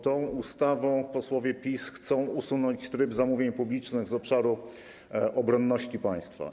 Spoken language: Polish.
Tą ustawą posłowie PiS chcą usunąć tryb zamówień publicznych z obszaru obronności państwa.